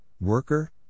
worker